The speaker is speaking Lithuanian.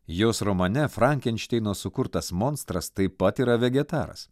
jos romane frankenšteino sukurtas monstras taip pat yra vegetaras